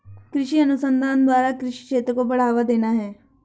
कृषि अनुसंधान द्वारा कृषि क्षेत्र को बढ़ावा देना है